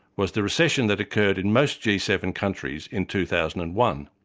was the recession that occurred in most g seven countries in two thousand and one.